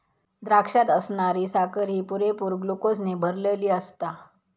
द्राक्षात असणारी साखर ही पुरेपूर ग्लुकोजने भरलली आसता